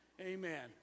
Amen